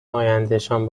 آیندهشان